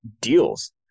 deals